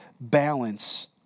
balance